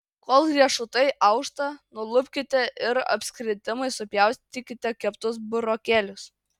kol riešutai aušta nulupkite ir apskritimais supjaustykite keptus burokėlius